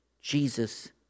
Jesus